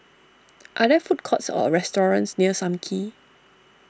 are there food courts or restaurants near Sam Kee